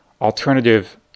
alternative